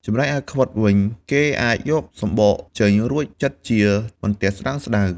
ចំំណែកឯខ្វិតវិញគេអាចយកសំបកចេញរួចចិតជាបន្ទះស្តើងៗ។